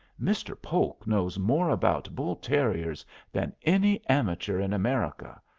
mr. polk knows more about bull-terriers than any amateur in america.